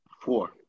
four